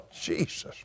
Jesus